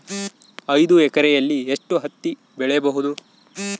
ಐದು ಎಕರೆಯಲ್ಲಿ ಎಷ್ಟು ಹತ್ತಿ ಬೆಳೆಯಬಹುದು?